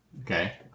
Okay